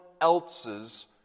else's